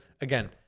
again